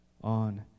on